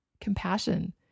compassion